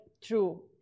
true